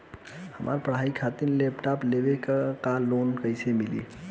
हमार पढ़ाई खातिर लैपटाप लेवे ला लोन कैसे मिली?